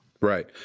Right